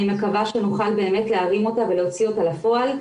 אני מקווה שנוכל באמת להרים אותה ולהוציא אותה לפועל.